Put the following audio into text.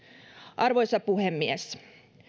arvoisa puhemies